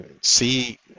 see